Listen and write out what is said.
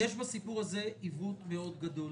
יש בסיפור הזה עיוות מאוד גדול